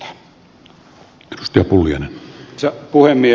arvoisa puhemies